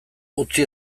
utzi